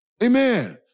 Amen